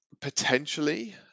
Potentially